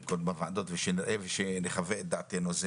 כל בוועדות ושנראה ושנחווה את דעתינו.